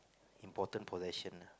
important possession lah